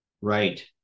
Right